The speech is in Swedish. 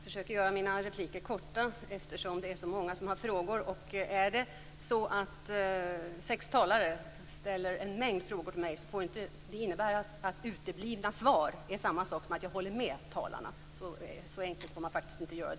Herr talman! Jag försöker göra mina repliker korta, eftersom det är många som har frågor. Är det så att sex talare ställer en mängd frågor till mig får uteblivna svar inte innebära att jag håller med talarna. Så enkelt får man inte göra det, Anne Wibble.